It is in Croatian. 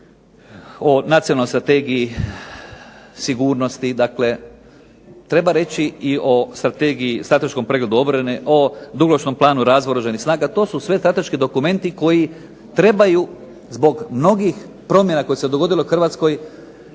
o Nacionalnoj strategiji sigurnosti. Dakle, treba reći i o strateškom pregledu obrane, o dugoročno planu i razvoju Oružanih snaga. To su sve strateški dokumenti koji trebaju zbog mnogih promjena koje su se dogodile Hrvatskoj